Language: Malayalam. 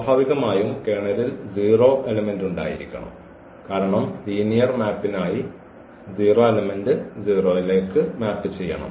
സ്വാഭാവികമായും കേർണലിൽ 0 ഘടകം ഉണ്ടായിരിക്കണം കാരണം ലീനിയർ മാപ്പിനായി 0 എലമെന്റ് 0 ലേക്ക് മാപ്പ് ചെയ്യണം